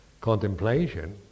contemplation